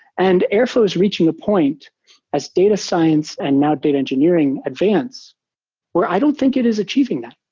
and airflow is reaching a point as data science and now data engineering advance where i don't think it is achieving that.